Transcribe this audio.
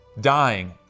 Dying